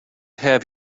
have